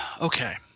Okay